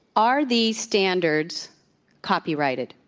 are these standards copyrighted?